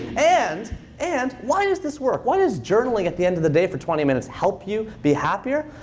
and and why does this work? why does journaling at the end of the day for twenty minutes help you be happier?